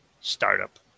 Startup